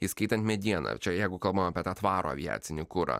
įskaitant medieną čia jeigu kalbam apie tą tvarų aviacinį kurą